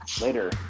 Later